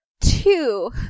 two